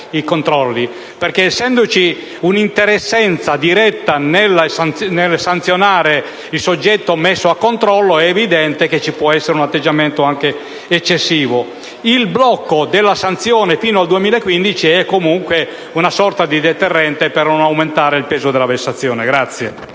Il blocco della sanzione fino al 2015 è comunque una sorta di deterrente per non aumentare il peso della vessazione.